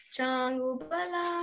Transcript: Changubala